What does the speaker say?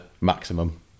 maximum